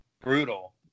Brutal